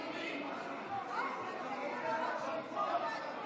שקרנים, נוכלים.